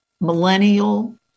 millennial